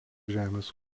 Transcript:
žemės